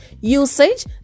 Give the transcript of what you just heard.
usage